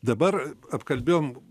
dabar apkalbėjom